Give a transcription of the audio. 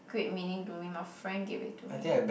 great meaning to me my friend gave it to me